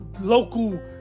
local